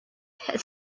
had